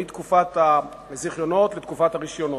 מתקופת הזיכיונות לתקופת הרשיונות.